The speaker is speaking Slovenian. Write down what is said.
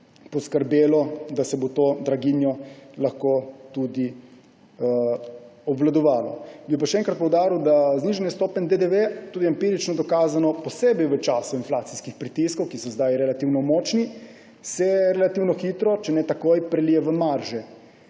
poskrbelo, da se bo to draginjo lahko obvladovalo. Bi pa še enkrat poudaril, da se znižanje stopenj DDV tudi empirično dokazano posebej v času inflacijskih pritiskov, ki so zdaj relativno močni, relativno hitro, če ne takoj, prelije v marže.